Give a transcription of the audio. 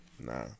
Nah